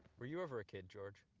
were you ever a kid, george?